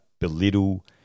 belittle